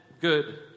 good